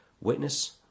witness